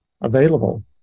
available